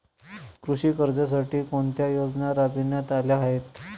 कृषी कर्जासाठी कोणत्या योजना राबविण्यात आल्या आहेत?